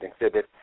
exhibit